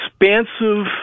expansive